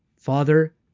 Father